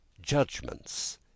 judgments